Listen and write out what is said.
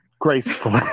gracefully